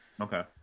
Okay